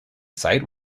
site